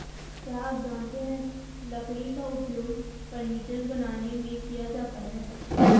क्या आप जानते है लकड़ी का उपयोग फर्नीचर बनाने में किया जाता है?